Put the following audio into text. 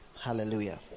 hallelujah